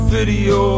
video